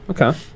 Okay